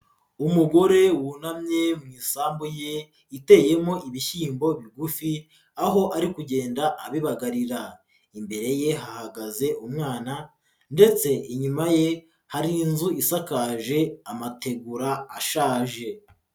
Umugore wunamye mu isambu ye iteyemo ibishyimbo bigufi, aho ari kugenda abibagarira, imbere ye hahagaze umwana ndetse inyuma ye hari inzu isakaje amategura ashaje.